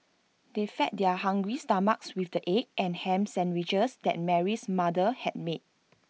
they fed their hungry stomachs with the egg and Ham Sandwiches that Mary's mother had made